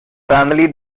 family